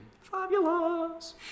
Fabulous